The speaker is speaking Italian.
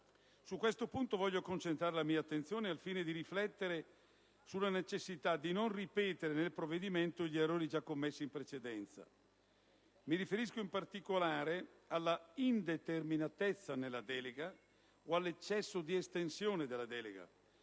Su questo punto voglio concentrare la mia attenzione al fine di riflettere sulla necessità di non ripetere nel provvedimento gli errori già commessi in precedenza. Mi riferisco in particolare all'indeterminatezza nella delega o all'eccesso di estensione della delega,